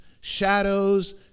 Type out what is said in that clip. shadows